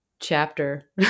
Chapter